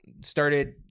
Started